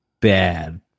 bad